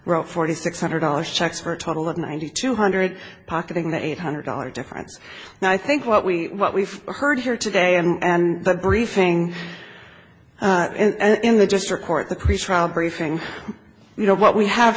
wrote forty six hundred dollars checks for a total of ninety two hundred pocketing the eight hundred dollars difference and i think what we what we've heard here today and the briefing and in the just report the pretrial briefing you know what we have